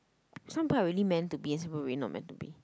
some people are really meant to be and some people really not meant to be